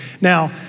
Now